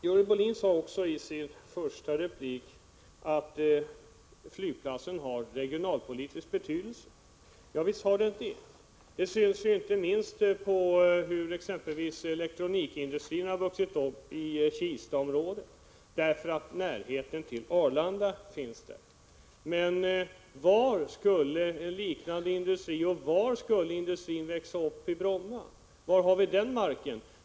Görel Bohlin sade i sin första replik att flygplatser har regionalpolitisk betydelse. Visst har de det. Det syns inte minst på hur exempelvis elektronikindustrin har vuxit upp i Kistaområdet på grund av närheten till Arlanda. Men var skulle industrin växa upp i Bromma? Var har vi den marken?